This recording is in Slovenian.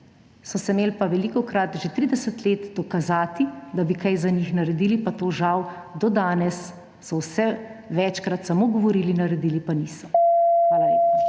so se imeli pa velikokrat, že 30 let čas dokazati, da bi kaj za njih naredili, pa so žal do danes večkrat samo govorili, naredili pa niso. Hvala lepa.